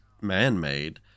man-made